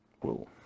Whoa